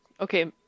okay